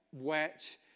wet